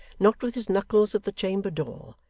knocked with his knuckles at the chamber-door,